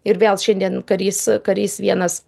ir vėl šiandien karys karys vienas